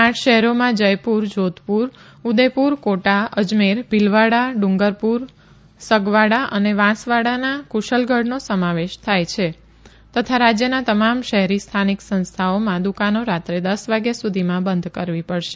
આઠ શહેરોમાં જયપુર જોધપુર ઉદેપુર કોટા અજમેર ભીલવાડા ડુંગરપુરના સગવાડા અને વાંસવાડાના કુશલગઢનો સમાવેશ થાય છે તથા રાજ્યના તમામ શહેરી સ્થાનિક સંસ્થાઓમાં દુકાનો રાત્રે દસ વાગ્યા સુધીમાં બંધ કરવી પડશે